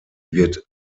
wird